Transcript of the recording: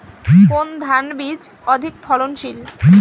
কোন ধান বীজ অধিক ফলনশীল?